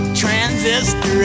transistor